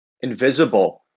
invisible